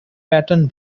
patton